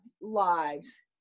lives